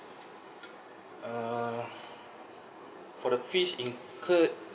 uh for the fees incurred